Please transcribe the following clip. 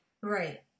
right